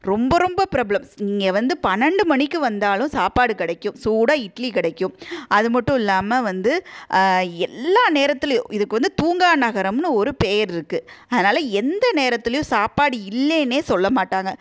ரொம்ப ரொம்ப பிரபலம் இங்கே வந்து பன்னெண்டு மணிக்கு வந்தாலும் சாப்பாடு கிடைக்கும் சூடாக இட்லி கிடைக்கும் அது மட்டும் இல்லாமல் வந்து எல்லா நேரத்திலையும் இதுக்கு வந்து தூங்கா நகரம்னு ஒரு பெயர் இருக்குது அதனால் எந்த நேரத்துலேயும் சாப்பாடு இல்லைனே சொல்ல மாட்டாங்கள்